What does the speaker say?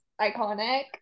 iconic